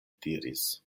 diris